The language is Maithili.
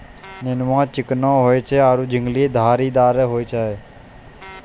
नेनुआ चिकनो होय छै आरो झिंगली धारीदार होय छै